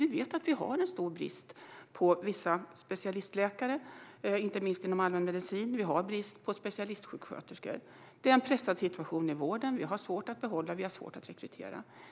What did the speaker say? Vi vet att det råder stor brist på vissa sorters specialistläkare, inte minst inom allmänmedicin. Vi har också brist på specialistsjuksköterskor. Det är en pressad situation i vården - vi har svårt att behålla personal och att rekrytera personal.